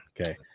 okay